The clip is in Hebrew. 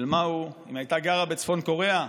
של מאו, אם היא הייתה גרה בצפון קוריאה,